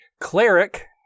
cleric